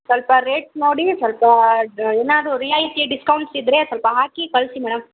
ಸ್ವಲ್ಪ ರೇಟ್ ನೋಡಿ ಸ್ವಲ್ಪ ಏನಾದ್ರೂ ರಿಯಾಯಿತಿ ಡಿಸ್ಕೌಂಟ್ಸ್ ಇದ್ದರೆ ಸ್ವಲ್ಪ ಹಾಕಿ ಕಳಿಸಿ ಮೇಡಮ್